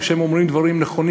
כשהם אומרים דברים נכונים,